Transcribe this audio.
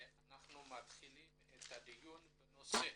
אנחנו מתחילים את הדיון בנושא